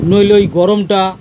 নইলে ওই গরমটা